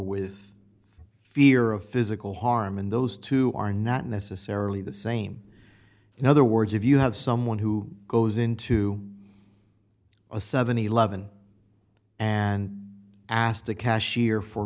with fear of physical harm in those two are not necessarily the same in other words if you have someone who goes into a seven hundred and eleven and asked a cashier for